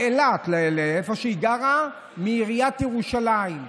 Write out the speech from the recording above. לאילת או לאיפה שהיא גרה, מעיריית ירושלים.